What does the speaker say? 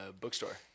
bookstore